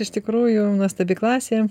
iš tikrųjų nuostabi klasė